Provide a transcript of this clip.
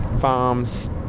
farms